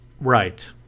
Right